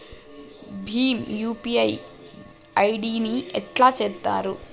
Bhim UPI ID ని ఎట్లా చేత్తరు?